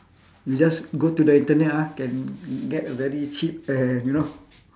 we just go to the internet ah can get a very cheap and you know